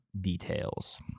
details